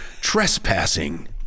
trespassing